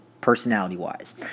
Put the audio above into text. personality-wise